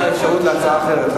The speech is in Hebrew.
יש לך אפשרות להצעה אחרת,